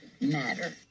matter